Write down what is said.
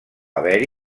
haver